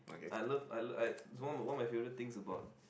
I love I I it's one of my favorite things about